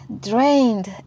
drained